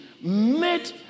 made